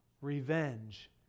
Revenge